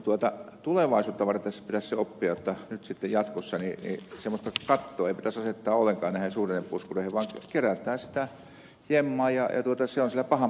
mutta tulevaisuutta varten pitäisi se oppia jotta nyt jatkossa semmoista kattoa ei pitäisi asettaa ollenkaan näille suhdannepuskureille vaan kerätään sitä jemmaan ja se on siellä pahan päivän varalle